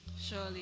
Surely